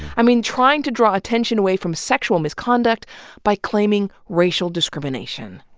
i mean, trying to draw attention away from sexual misconduct by claiming racial discrimination.